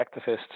activists